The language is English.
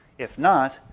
if not,